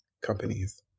companies